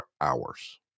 hours